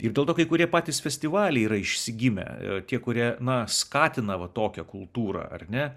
ir dėl to kai kurie patys festivaliai yra išsigimę tie kurie na skatina va tokią kultūrą ar ne